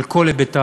על כל היבטיו.